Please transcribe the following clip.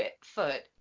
foot